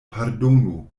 pardonu